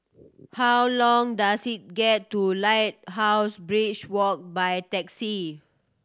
how long does it get to Lighthouse Beach Walk by taxi